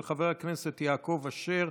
של חבר הכנסת יעקב אשר: